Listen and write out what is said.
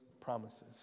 promises